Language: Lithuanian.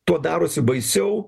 tuo darosi baisiau